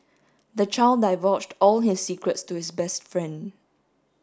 the child divulged all his secrets to his best friend